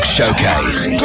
Showcase